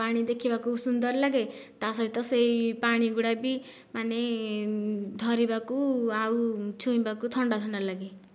ପାଣି ଦେଖିବାକୁ ସୁନ୍ଦର ଲାଗେ ତା ସହିତ ସେହି ପାଣି ଗୁଡ଼ା ବି ମାନେ ଧରିବାକୁ ଆଉ ଛୁଇଁବାକୁ ଥଣ୍ଡା ଥଣ୍ଡା ଲାଗେ